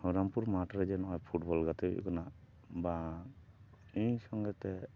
ᱦᱚᱨᱤᱨᱟᱢᱯᱩᱨ ᱢᱟᱴᱷ ᱨᱮ ᱡᱮ ᱱᱚᱜᱼᱚᱭ ᱯᱷᱩᱴᱵᱚᱞ ᱜᱟᱛᱮ ᱦᱩᱭᱩᱜ ᱠᱟᱱᱟ ᱵᱟᱝ ᱤᱧ ᱥᱚᱸᱜᱮ ᱛᱮ